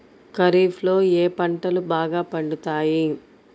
ఖరీఫ్లో ఏ పంటలు బాగా పండుతాయి?